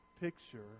picture